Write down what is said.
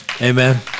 Amen